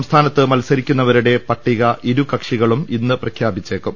സംസ്ഥാനത്ത് മത്സ രിക്കുന്നവരുടെ പട്ടിക ഇരുകക്ഷികളും ഇന്ന് പ്രഖ്യാപിച്ചേക്കും